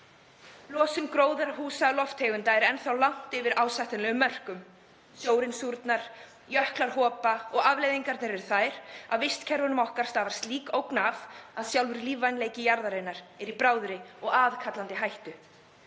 Losun gróðurhúsalofttegunda er enn langt yfir ásættanlegum mörkum. Sjórinn súrnar, jöklar hopa og afleiðingarnar eru þær að vistkerfunum okkar stafar slík ógn af að sjálfur lífvænleiki jarðarinnar er í bráðri og aðkallandi hættu.